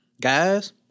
Guys